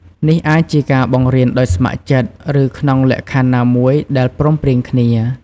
នេះអាចជាការបង្រៀនដោយស្ម័គ្រចិត្ត ឬក្នុងលក្ខខណ្ឌណាមួយដែលព្រមព្រៀងគ្នា។